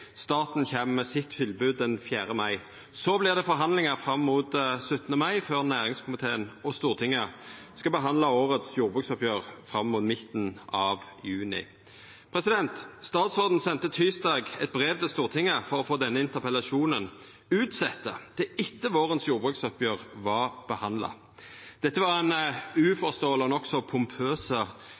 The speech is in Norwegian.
Staten kjem med tilbodet sitt den 4. mai. Så vert det forhandlingar fram mot 17. mai, før næringskomiteen og Stortinget skal behandla årets jordbruksoppgjer fram mot midten av juni. Statsråden sende tysdag eit brev til Stortinget for å få denne interpellasjonen utsett til etter at vårens jordbruksoppgjer var behandla. Det var eit uforståeleg og nokså